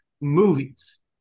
Movies